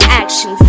action